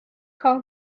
call